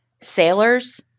sailors